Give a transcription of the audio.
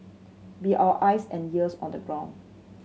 be our eyes and ears on the ground